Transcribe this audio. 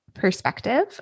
perspective